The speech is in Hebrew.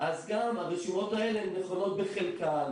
אז גם הרשימות האלה הן נכונות בחלקם.